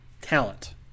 talent